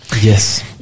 Yes